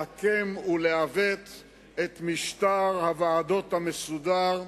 לעקם ולעוות את משטר הוועדות המסודר,